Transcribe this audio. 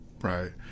Right